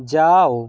যাও